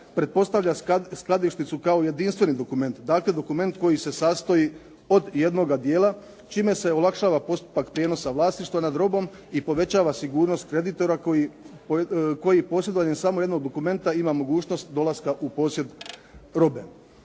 pretpostavlja skladišnicu kao jedinstveni dokument, dakle dokument koji se sastoji od jednoga dijela čime se olakšava postupak prijenosa vlasništva nad robom i povećava sigurnost kreditora koji posjedovanjem samo jednog dokumenta ima mogućnost dolaska u posjed robe.